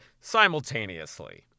simultaneously